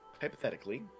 hypothetically